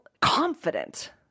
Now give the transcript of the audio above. confident